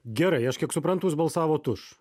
gerai aš kiek suprantu jūs balsavot už